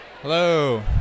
Hello